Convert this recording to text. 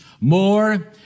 More